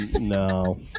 no